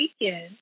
weekend